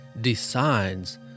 decides